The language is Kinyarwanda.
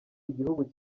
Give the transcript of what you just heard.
igihugu